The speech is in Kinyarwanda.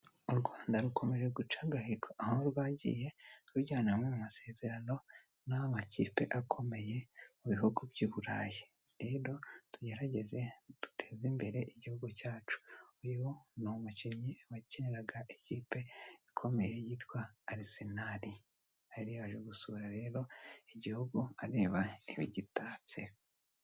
U Rwanda rukomeje guca agahigo, aho rwagiye rugirana amasezerano n'amakipe akomeye mu bihugu by'i Burayi, rero tugerageze duteze imbere igihugu cyacu. Uyu ni umukinnyi wakiniraga ikipe ikomeye yitwa Arsenal yari aje gusura rero igihugu areba ibigitatse.